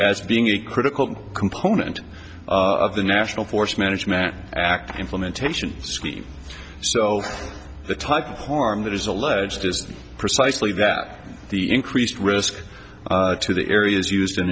as being a critical component of the national forest management act implementation scheme so the type of harm that is alleged is precisely that the increased risk to the area is used